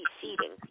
seating